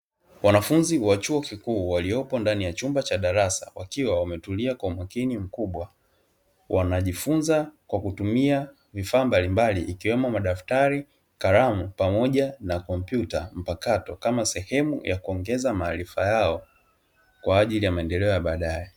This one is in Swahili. Wanafunzi wa chuo kikuu waliopo ndani ya chumba cha darasa wakiwa wametulia kwa umakini mkubwa, wanajifunza kwa kutumia vifaa mbalimbali ikiwemo: madaftari, kalamu pamoja na kompyuta mpakato; kama sehemu ya kuongeza maarifa yao kwa ajili ya maendeleo ya baadaye.